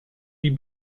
die